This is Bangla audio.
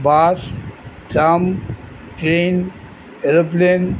bus tram train aeroplane